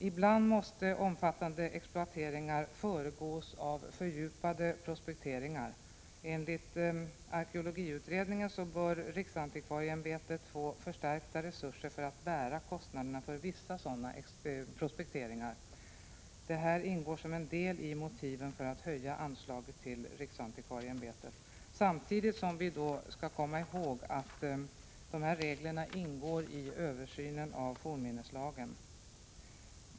Ibland måste omfattande exploateringar föregås av fördjupade prospekteringar. Enligt arkeologiutredningen bör riksantikvarieämbetet få förstärkta resurser för att bära kostnaderna för vissa sådana prospekteringar. Detta ingår som en del av motiven för att höja anslaget till riksantikvarieämbetet. Vi skall dock samtidigt komma ihåg att dessa regler ingår i översynen av fornminneslagen.